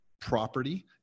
property